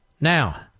Now